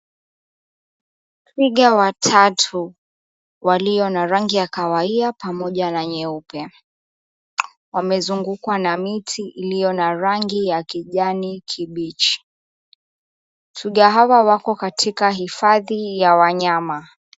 Twiga watatu waliyo na rangi ya kahawia pamoja na nyeupe wamezungukwa na miti iliyo na rangi ya kijani kibichi. Twiga hawa wako katika hifadhi ya wanyama.